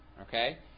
Okay